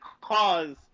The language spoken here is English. cause